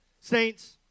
Saints